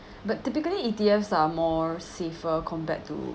but typically E_T_F's are more safer compared to